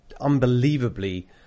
unbelievably